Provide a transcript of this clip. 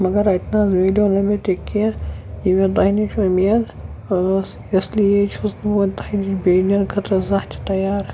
مگر اَتہِ نہ حظ مِلیو نہٕ مےٚ تہِ کینٛہہ یہِ مےٚ تۄہہِ نِش امید ٲس اِسلیے چھُس بہٕ وۄنۍ تۄہہِ نِش بیٚیہِ نِنۍ خٲطرٕ زانٛہہ تہِ تیار